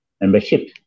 membership